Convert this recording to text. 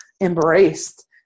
embraced